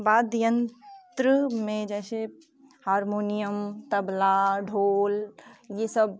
वाद्य यंत्र में जैसे हारमोनियम तबला ढोल ये सब